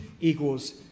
equals